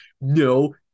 no